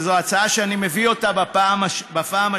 וזו הצעה שאני מביא אותה בפעם השנייה,